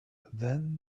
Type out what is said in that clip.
then